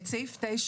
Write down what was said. את סעיף 9,